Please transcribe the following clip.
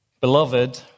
Beloved